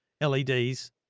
LEDs